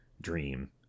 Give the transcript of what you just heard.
dream